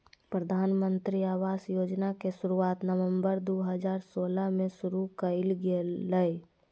प्रधानमंत्री आवास योजना के शुरुआत नवम्बर दू हजार सोलह में शुरु कइल गेलय